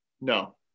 No